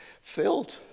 filled